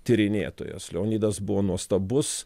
tyrinėtojas leonidas buvo nuostabus